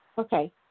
Okay